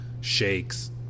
shakes